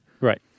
Right